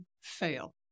fail